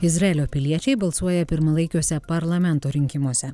izraelio piliečiai balsuoja pirmalaikiuose parlamento rinkimuose